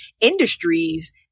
industries